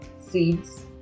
seeds